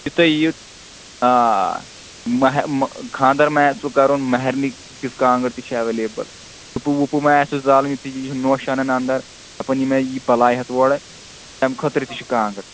یِتھُے تُہۍ یِیِو آ آ مہہِ مہ خانٛدر ما آسوٕ کَرُن مَہَرنہِ کِژھ کانٛگٕرِ تہِ چھِ ایویلیبٕل دُپہٕ وُپہٕ ما آسِوٕ زالُن یُتھُے یہِ نوٚش اَنان انٛدَر دَپان یہِ ما ییہِ بَلاے ہیٚتھ اورٕ تَمہِ خٲطرٕ تہِ چھِ کانٛگٕر